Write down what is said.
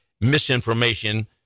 misinformation